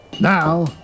Now